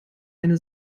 eine